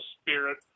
spirit